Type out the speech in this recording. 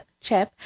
Chip